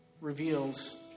reveals